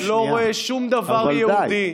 אני לא רואה שום דבר יהודי,